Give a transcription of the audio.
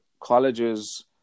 colleges